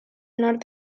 nord